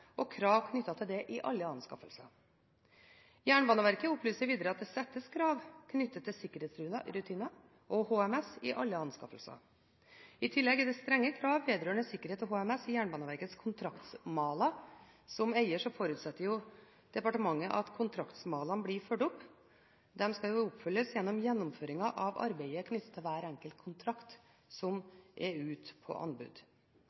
og har krav knyttet til dette i alle anskaffelser. Jernbaneverket opplyser videre at det settes krav knyttet til sikkerhetsrutiner og HMS i alle anskaffelser. I tillegg er det strenge krav vedrørende sikkerhet og HMS i Jernbaneverkets kontraktsmaler. Som eier forutsetter departementet at kontraktsmalene blir fulgt opp. De skal oppfylles under gjennomføring av arbeidet, i henhold til hver enkelt kontrakt som er ute på anbud.